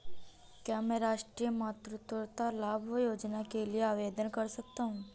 क्या मैं राष्ट्रीय मातृत्व लाभ योजना के लिए आवेदन कर सकता हूँ?